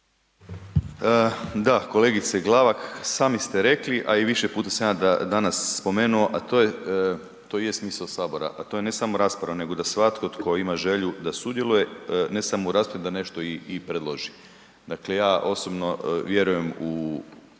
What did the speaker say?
Da kolegice Glavak, sami ste rekli, a i više puta sam ja danas spomenuo, a to je, to i je smisao HS, a to je ne samo rasprava nego svatko tko ima želju da sudjeluje ne samo u raspravi, da nešto i, i predloži. Dakle, ja osobno vjerujem u,